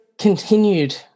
continued